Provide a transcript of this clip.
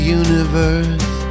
universe